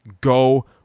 go